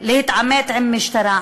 ולהתעמת עם המשטרה.